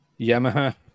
Yamaha